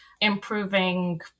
improving